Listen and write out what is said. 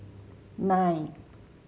nine